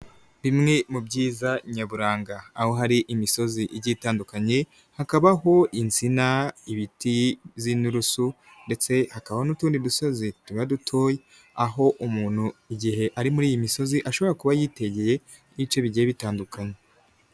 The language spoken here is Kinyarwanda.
Bimwe mu byiza nyaburanga, aho hari imisozi igiye itandukanye hakabaho insina, ibiti z'inturusu ndetse hakaba n'utundi dusozi tuba dutoye, aho umuntu igihe ari muri iyi misozi ashobora kuba yitegeye, ibice bigiye bitandukanye.